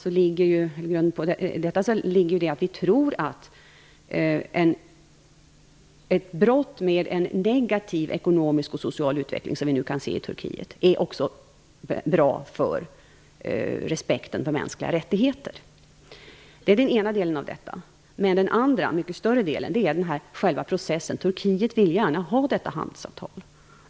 I grunden av detta ligger att vi tror att ett brott med en negativ ekonomisk och social utveckling, som vi nu kan se i Turkiet, också är bra för respekten för mänskliga rättigheter. Det är den ena delen. Den andra mycket större delen rör själva processen. Turkiet vill gärna ha detta handelsavtal.